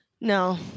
No